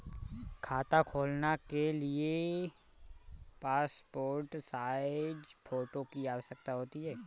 खाता खोलना के लिए कितनी पासपोर्ट साइज फोटो की आवश्यकता होती है?